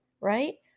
Right